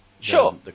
Sure